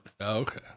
Okay